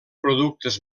productes